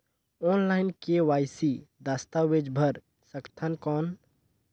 Online KYC दस्तावेज भर सकथन कौन?